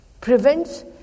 prevents